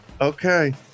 Okay